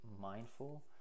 mindful